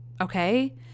okay